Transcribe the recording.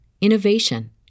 innovation